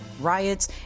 riots